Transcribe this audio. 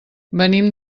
venim